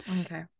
Okay